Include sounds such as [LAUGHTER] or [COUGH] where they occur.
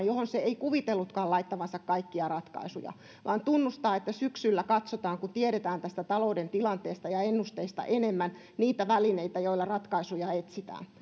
[UNINTELLIGIBLE] johon se ei kuvitellutkaan laittavansa kaikkia ratkaisuja ja tunnustaa että syksyllä katsotaan kun tiedetään tästä talouden tilanteesta ja ennusteista enemmän niitä välineitä joilla ratkaisuja etsitään